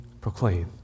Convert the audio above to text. proclaim